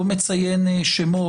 לא מציין שמות,